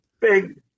big